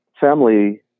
family